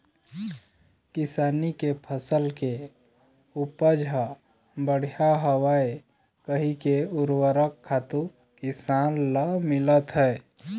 किसानी के फसल के उपज ह बड़िहा होवय कहिके उरवरक खातू किसान ल मिलत हे